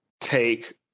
take